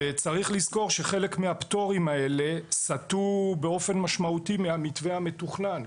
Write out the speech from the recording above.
צריך לזכור שחלק מהפטורים האלה סטו באופן משמעותי מהמתווה המתוכנן,